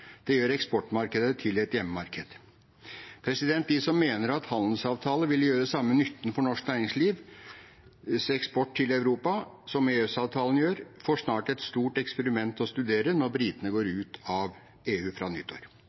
Det gjør eksportmarkedet til et hjemmemarked. De som mener en handelsavtale ville gjøre samme nytten for norsk næringslivs eksport til Europa som EØS-avtalen, får snart et stort eksperiment å studere, når britene går ut av EU fra nyttår.